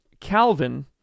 Calvin